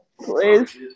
Please